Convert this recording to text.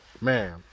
man